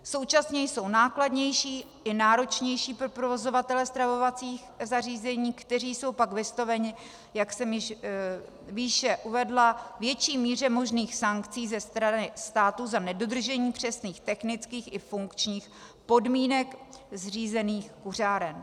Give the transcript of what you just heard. Současně jsou nákladnější i náročnější pro provozovatele stravovacích zařízení, kteří jsou pak vystaveni, jak jsem již výše uvedla, větší míře možných sankcí ze strany státu za nedodržení přesných technických i funkčních podmínek zřízených kuřáren.